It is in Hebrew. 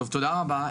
תודה רבה.